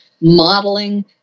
modeling